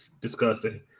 disgusting